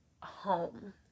home